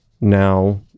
now